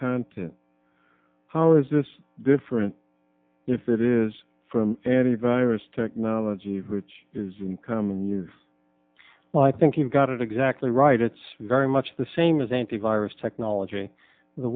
content how is this different if it is from antivirus technology which is in common use well i think you've got it exactly right it's very much the same as antivirus technology the